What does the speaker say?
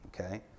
okay